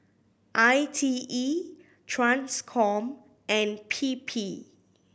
I T E Transcom and P P